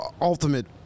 ultimate